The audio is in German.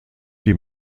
die